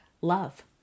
love